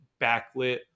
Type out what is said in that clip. backlit